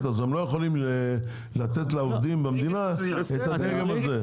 אז הם לא יכולים לתת לעובדים במדינה את הדגם הזה.